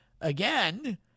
again